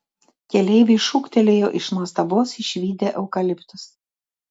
keleiviai šūktelėjo iš nuostabos išvydę eukaliptus